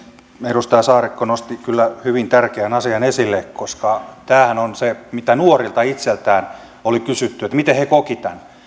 edustaja saarikko nosti kyllä hyvin tärkeän asian esille koska tämähän on se mitä nuorilta itseltään oli kysytty miten he kokivat